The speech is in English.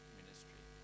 ministry